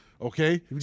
Okay